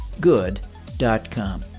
Good.com